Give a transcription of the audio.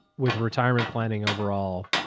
with retirement planning overall.